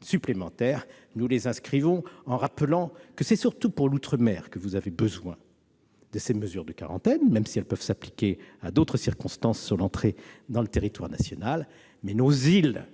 supplémentaires. Je rappelle que c'est surtout pour les outre-mer que vous avez besoin de ces mesures de quarantaine, même si elles peuvent s'appliquer à d'autres circonstances lors de l'entrée sur le territoire national. Nos îles